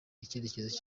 icyerekezo